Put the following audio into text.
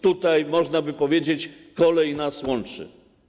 Tutaj można by powiedzieć, że kolej nas łączy.